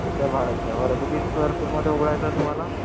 सध्या भाड्याची आहे बरं किती स्क्वेअर फूटमध्ये उघडायचं आहे तुम्हाला